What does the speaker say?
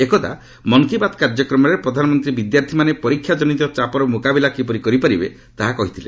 ଏକଦା ମନ୍ କୀ ବାତ୍ କାର୍ଯ୍ୟକ୍ରମରେ ପ୍ରଧାନମନ୍ତ୍ରୀ ବିଦ୍ୟାର୍ଥୀମାନେ ପରୀକ୍ଷାଜନିତ ଚାପର ମୁକାବିଲା କିପରି କରିପାରିବେ ତାହା କହିଥିଲେ